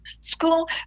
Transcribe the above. school